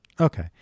Okay